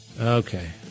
Okay